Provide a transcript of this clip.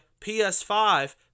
PS5